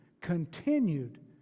continued